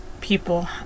people